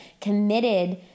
committed